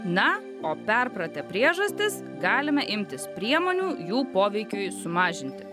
na o perpratę priežastis galime imtis priemonių jų poveikiui sumažinti